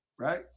right